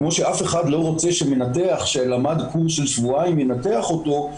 כמו שאף אחד לא רוצה שמנתח שלמד קורס של שבועיים ינתח אותו,